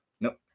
Nope